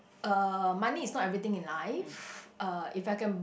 uh money is not everything in life uh if I can